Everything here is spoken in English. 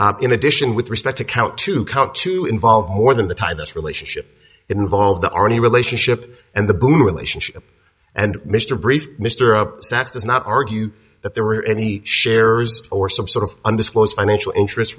s in addition with respect to count to count to involve more than the time this relationship involved the army relationship and the boom relationship and mr brief mr upsets does not argue that there were any sharers or some sort of undisclosed financial interest